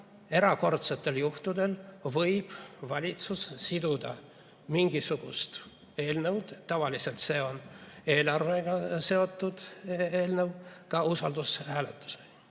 erakordsetel juhtudel võib valitsus siduda mingisuguse eelnõu, tavaliselt see on eelarvega seotud eelnõu, ka usaldushääletusega.